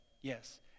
Yes